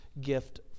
gift